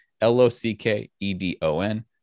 L-O-C-K-E-D-O-N